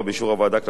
כללי אתיקה מקצועית,